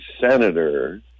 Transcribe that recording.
senator